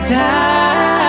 time